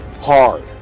hard